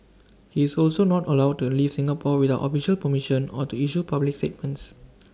he is also not allowed to leave Singapore without official permission or to issue public statements